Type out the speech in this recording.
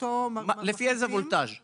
אותו מחריגים,